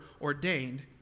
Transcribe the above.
ordained